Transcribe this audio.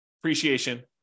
appreciation